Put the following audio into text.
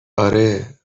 آره